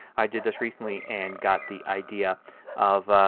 i did this recently and got the idea of